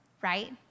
right